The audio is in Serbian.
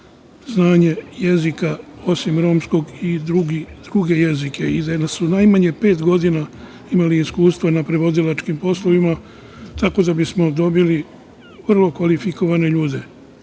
znanje jezika, osim romskog i druge jezike i da su najmanje pet godina imali iskustva u prevodilačkim poslovima. Tako da, dobili bismo vrlo kvalifikovane ljude.